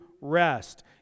rest